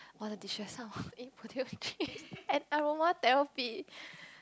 wanna destress now eat potato chips and aromatherapy